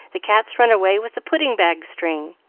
the cat's run away with the pudding-bag string.